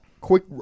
quick